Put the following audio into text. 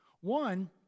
One